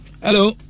Hello